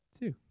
Two